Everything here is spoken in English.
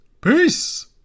Peace